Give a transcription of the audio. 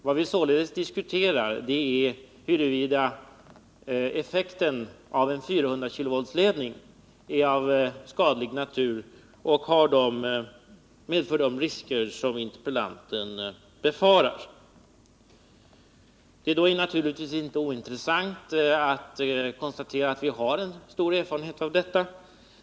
Vad vi diskuterar är således huruvida effekten av en 400-kV-ledning är av skadlig natur och medför de risker som interpellanten befarar. Det är då naturligtvis inte ointressant att konstatera att vi har stor erfarenhet av detta.